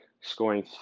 scoring